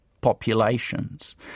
populations